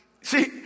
See